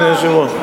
אדוני היושב-ראש?